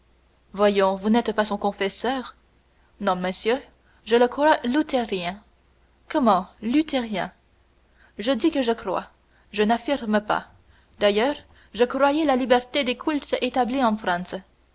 voyons vous n'êtes pas son confesseur non monsieur je le crois luthérien comment luthérien je dis que je crois je n'affirme pas d'ailleurs je croyais la liberté des cultes établie en